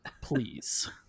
please